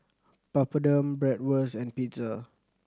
Papadum Bratwurst and Pizza